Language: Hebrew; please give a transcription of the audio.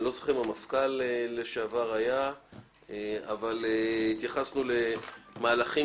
אני לא זוכר אם המפכ"ל לשעבר היה - ובו התייחסנו למהלכים